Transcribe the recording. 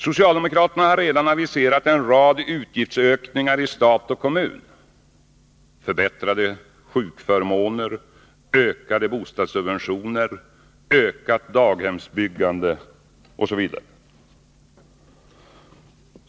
Socialdemokraterna har redan aviserat en rad utgiftsökningar i stat och kommun: förbättrade sjukförmåner, ökade bostadssubventioner, ökat daghemsbyggande m.m.